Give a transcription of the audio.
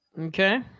Okay